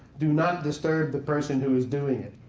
do not disturb the person who is doing it.